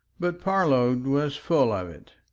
but parload was full of it.